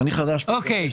אוקיי.